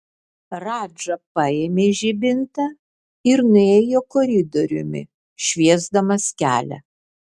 radža paėmė žibintą ir nuėjo koridoriumi šviesdamas kelią